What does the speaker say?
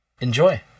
enjoy